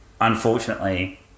unfortunately